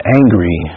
angry